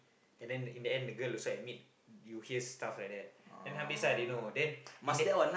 and then in the end the girl also admit you hear stuff like that then habis ah they know and then